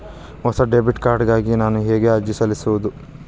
ಹೊಸ debit card ಗಾಗಿ ನಾನು ಹೇಗೆ ಅರ್ಜಿ ಸಲ್ಲಿಸುವುದು?